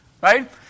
Right